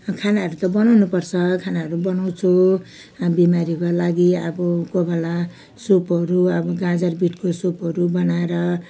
खानाहरू त बनाउनु पर्छ खानाहरू बनाउँछु बिमारीको लागि अब कही बेला सुपहरू अब गाजर बिटको सुपहरू बनाएर